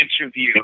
interview